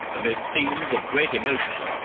amid scenes of great emotion,